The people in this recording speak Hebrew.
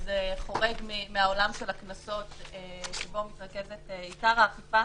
שזה חורג מהעולם של הקנסות שבו מתרכזת עיקר האכיפה,